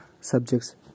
subjects